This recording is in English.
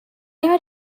are